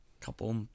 couple